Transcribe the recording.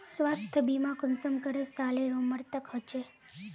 स्वास्थ्य बीमा कुंसम करे सालेर उमर तक होचए?